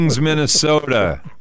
Minnesota